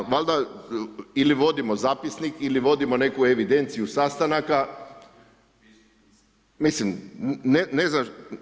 Pa valjda ili vodimo zapisnik ili vodimo neku evidenciju sastanaka, mislim, ne znam.